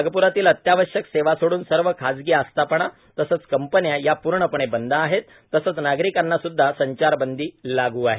नागप्रातील अत्यावश्यक सेवा सोडून सर्व खाजगी आस्थापना तसेच कंपन्या या पूर्णपणे बंद आहेत तसेच नागरिकांना सुद्धा संचार बंदी लागू आहे